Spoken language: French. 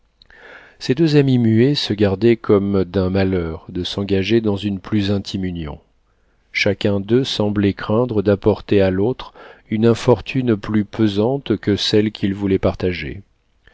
ces deux amis muets se gardaient comme d'un malheur de s'engager dans une plus intime union chacun d'eux semblait craindre d'apporter à l'autre une infortune plus pesante que celle qu'il voulait partager